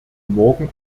morgen